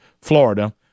Florida